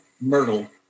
myrtle